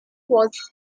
was